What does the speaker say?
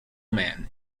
man